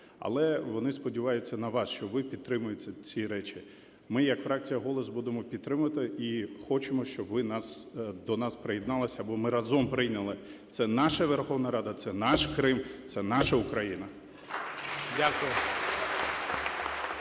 але вони сподіваються на вас, що ви підтримаєте ці речі. Ми як фракція "Голос" будемо підтримувати і хочемо, щоб ви до нас приєдналися, аби ми разом прийняли: це наша Верховна Рада, це наш Крим, це наша Україна!